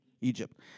Egypt